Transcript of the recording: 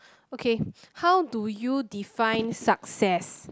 okay how do you define success